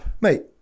mate